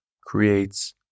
creates